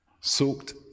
soaked